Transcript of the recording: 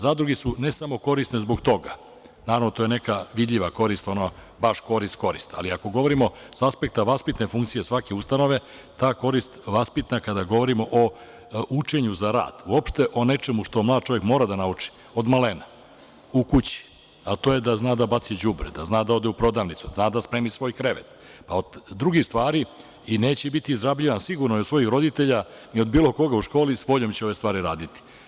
Zadruge su ne samo korisne zbog toga, naravno, to je neka vidljiva korist, ono, baš korist, korist, ali ako govorimo sa aspekta vaspitne funkcije svake ustanove, ta korist vaspitna, kada govorimo o učenju za rad, uopšte o nečemu što mlad čovek mora da nauči od malena, u kući, a to je da zna da baci đubre, da zna da ode u prodavnicu, da zna da spremi svoj krevet, a od drugih stvari, i neće biti izrabljivan, sigurno, ni od svojih roditelja, ni od bilo koga u školi i s voljom će ove stvari raditi.